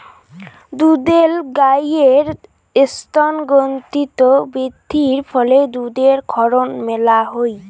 দুধেল গাইের স্তনগ্রন্থিত বৃদ্ধির ফলে দুধের ক্ষরণ মেলা হই